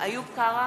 איוב קרא,